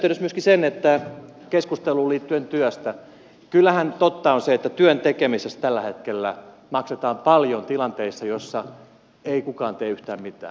totean kuitenkin tässä yhteydessä keskusteluun työstä liittyen että kyllähän totta on se että työn tekemisestä tällä hetkellä maksetaan paljon tilanteissa joissa ei kukaan tee yhtään mitään